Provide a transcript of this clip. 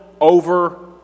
over